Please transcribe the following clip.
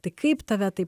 tai kaip tave tai